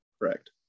correct